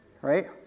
right